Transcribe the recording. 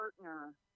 partner